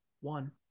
One